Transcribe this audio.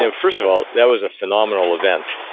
ah first of all, that was a phenomenal event,